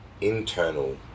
internal